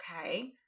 Okay